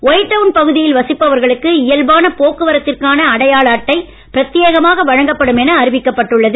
white town பகுதியில் வசிப்பவர்களுக்கு இயல்பான போக்குவரத்திற்கான அடையாள அட்டை பிரத்தியேகமாக வழங்கப்படும் என அறிவிக்கப்பட்டுள்ளது